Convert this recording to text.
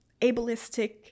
ableistic